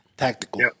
Tactical